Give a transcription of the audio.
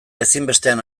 ezinbestean